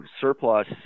surplus